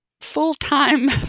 full-time